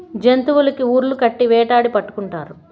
జంతులకి ఉర్లు కట్టి వేటాడి పట్టుకుంటారు